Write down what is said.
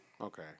Okay